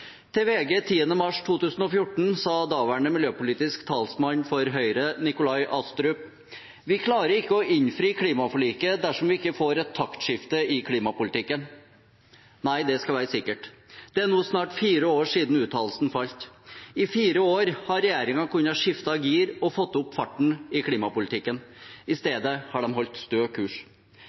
Til VG 10. mars 2014 sa daværende miljøpolitisk talsmann for Høyre, Nikolai Astrup: «Vi klarer ikke å innfri klimaforliket dersom vi ikke får et taktskifte i klimapolitikken.» Nei, det skal være sikkert. Det er snart fire år siden uttalelsen falt. I fire år har regjeringen kunnet skifte gir og fått opp farten i klimapolitikken. I stedet har de holdt stø kurs.